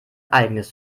eigenes